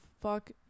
fuck